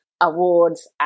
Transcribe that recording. awards